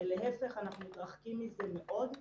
להיפך, אנחנו מתרחקים מזה מאוד.